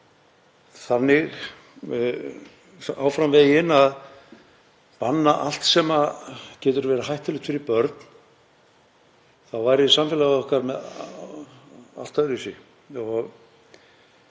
þannig áfram veginn að banna allt sem getur verið hættulegt fyrir börn væri samfélagið okkar allt öðruvísi.